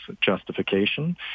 justification